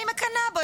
אני מקנאה בו,